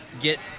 get